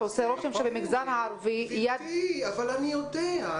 עושה רושם שבמגזר הערבי --- גברתי, אני יודע.